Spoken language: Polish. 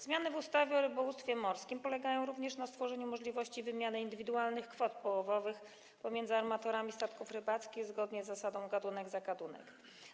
Zmiany w ustawie o rybołówstwie morskim polegają również na stworzeniu możliwości wymiany indywidualnych kwot połowowych pomiędzy armatorami statków rybackich zgodnie z zasadą: gatunek za gatunek.